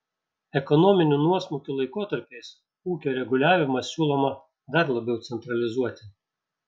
ekonominių nuosmukių laikotarpiais ūkio reguliavimą siūloma dar labiau centralizuoti